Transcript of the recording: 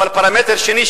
אבל פרמטר שני,